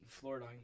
Florida